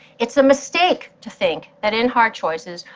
it's a mistake to think that in hard choices,